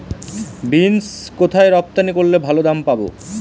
Beans কোথায় রপ্তানি করলে ভালো দাম পাব?